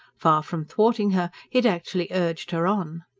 far from thwarting her, he had actually urged her on.